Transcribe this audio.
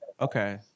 okay